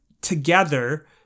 together